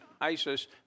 ISIS